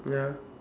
ya